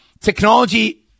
Technology